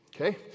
okay